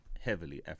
heavily